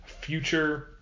future